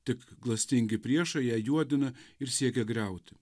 tik klastingi priešai ją juodina ir siekia griauti